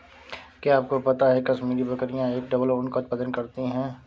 क्या आपको पता है कश्मीरी बकरियां एक डबल ऊन का उत्पादन करती हैं?